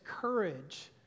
courage